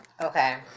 Okay